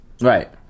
right